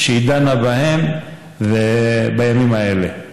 והיא דנה בהם בימים האלה,